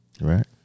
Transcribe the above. right